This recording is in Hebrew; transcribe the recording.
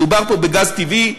מדובר פה בגז טבעי.